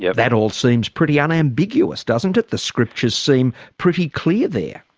yeah that all seems pretty unambiguous doesn't it? the scriptures seem pretty clear there.